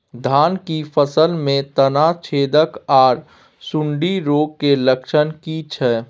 धान की फसल में तना छेदक आर सुंडी रोग के लक्षण की छै?